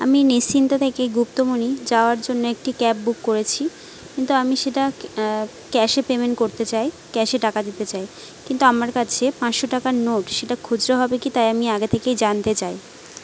আমি নিশ্চিন্দা থেকে গুপ্তমনি যাওয়ার জন্য একটি ক্যাব বুক করেছি কিন্তু আমি সেটা ক্যাশে পেমেন্ট করতে চাই ক্যাশে টাকা দিতে চাই কিন্তু আমার কাছে পাঁচশো টাকার নোট সেটা খুচরো হবে কি তাই আমি আগে থেকেই জানতে চাই